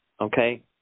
Okay